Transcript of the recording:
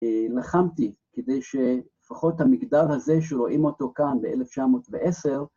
לחמתי כדי שפחות המגדר הזה שרואים אותו כאן ב-1910